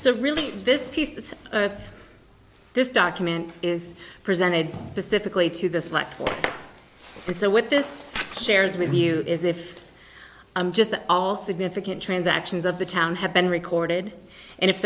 so really this is this document is presented specifically to this like so with this shares with you is if i'm just all significant transactions of the town have been recorded and if